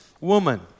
woman